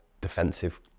defensive